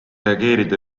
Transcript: reageerida